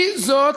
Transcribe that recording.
היא זאת